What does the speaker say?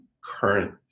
current